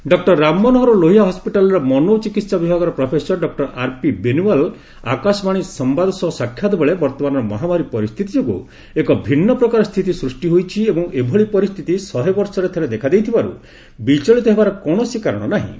doctor Ram Manohar Lohia ହସ୍କିଟାଲର ମନୋ ଚିକିତ୍ସା ବିଭାଗର professor doctor RP Beniwal Akashvani ସମ୍ଭାଦ ସହ ସାକ୍ଷାତ ବେଳେ ବର୍ତ୍ତମାନର ମହାମାରୀ ପରିସ୍ଥିତି ଯୋଗୁଁ ଏକ ଭିନ୍ନ ପ୍ରକାର ସ୍ଥିତି ସୃଷ୍ଟି ହୋଇଛି ଏବଂ ଏଭଳି ପରିସ୍ଥିତି ଶହେବର୍ଷରେ ଥରେ ଦେଖାଦେଇଥିବାରୁ ବିଚଳିତ ହେବାର କୌଣସି କାରଣ ନାହିଁ